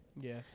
Yes